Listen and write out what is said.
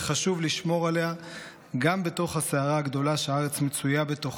וחשוב לשמור עליה גם בתוך הסערה הגדולה שהארץ מצויה בתוכה.